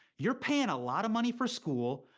you're paying a lot of money for school,